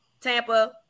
Tampa